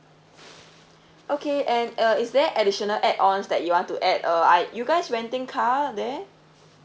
okay and uh is there additional add-ons that you want to add uh are you guys renting car there